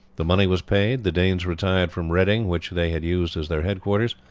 the money was paid, the danes retired from reading, which they had used as their headquarters,